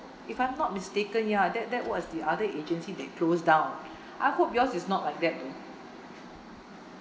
if I'm not mistaken ya that that was the other agency that closed down I hope yours is not like that though